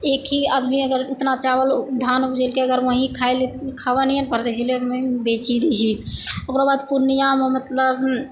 एक ही आदमी अगर इतना चावल धान उबजैलकै अगर वही खाय लेतै खाबय लऽ नहि ने पड़तै इसलिये बेची दै छी ओकरा बाद पूर्णियामे मतलब माखाना खेती